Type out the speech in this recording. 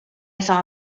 saw